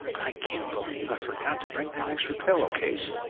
i can't believe i forgot to bring that extra pillowcase.